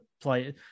play